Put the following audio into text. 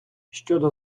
щодо